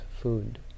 food